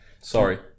Sorry